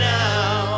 now